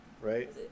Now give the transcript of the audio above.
right